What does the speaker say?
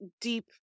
deep